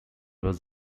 was